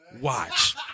Watch